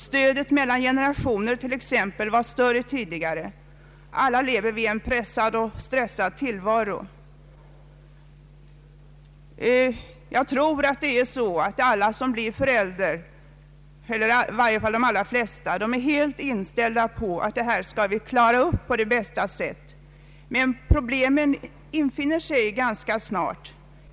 Stödet mellan generationerna t.ex. var större tidigare. Vi har alla en pressad och stressande tillvaro. Jag tror att alla eller i varje fall de allra flesta som blir föräldrar är helt inställda på att på bästa sätt söka klara föräldraskapet. Men problemen infinner sig ganska snart.